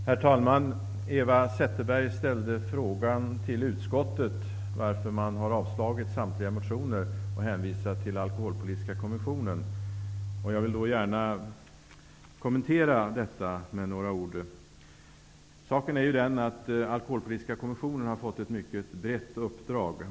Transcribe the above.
Herr talman! Eva Zetterberg frågade utskottets talesman varför man avstyrkt samtliga motioner och hänvisat till Alkoholpolitiska kommissionen. Jag vill gärna kommentera detta med några ord. Alkoholpolitiska kommissionen har fått ett mycket brett uppdrag.